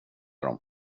dem